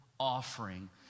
offering